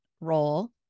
role